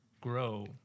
grow